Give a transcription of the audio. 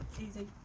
Easy